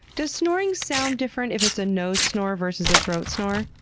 does snoring sound different if it's a nose snore versus the throat snore?